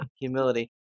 Humility